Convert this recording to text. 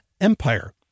Empire